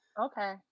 Okay